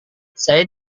saya